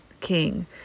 king